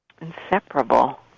inseparable